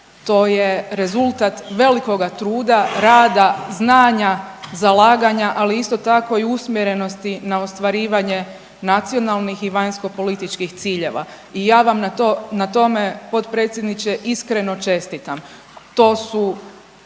To je rezultat velikoga truda, rada, znanja, zalaganja ali isto tako i usmjerenosti na ostvarivanje nacionalnih i vanjsko-političkih ciljeva i ja vam na tome potpredsjedniče iskreno čestitam. To su